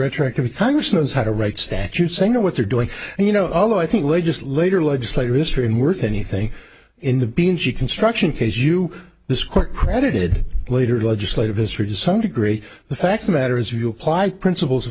retroactively congress knows how to write statutes saying or what they're doing and you know although i think legislator legislative history and worth anything in the beans you construction case you this quick credited later legislative history to some degree the facts matter as you apply principles